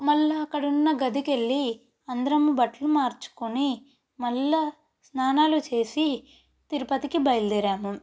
మళ్ళీ అక్కడ ఉన్న గదికి వెళ్ళి అందరమూ బట్టలు మార్చుకుని మళ్ళా స్నానాలు చేసి తిరుపతికి బయలుదేరాము